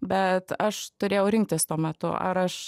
bet aš turėjau rinktis tuo metu ar aš